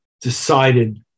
decided